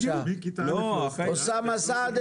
סבאח אל